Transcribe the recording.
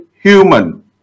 human